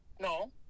no